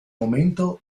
momento